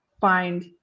find